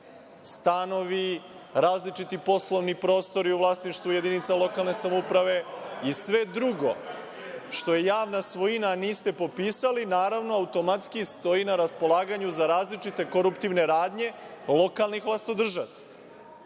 stanovi, različiti poslovni prostori u vlasništvu jedinica lokalne samouprave i sve drugo što je javna svojina a niste popisali, naravno, automatski stoji na raspolaganju za različite koruptivne radnje lokalnih vlastodržaca. Dakle,